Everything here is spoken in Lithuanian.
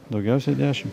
daugiausiai dešimt